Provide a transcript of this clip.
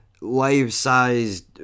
life-sized